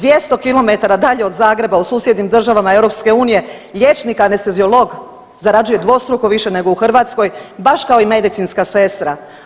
200 km dalje od Zagreba u susjednim državama EU liječnik anesteziolog zarađuje dvostruko više nego u Hrvatskoj baš kao i medicinska sestra.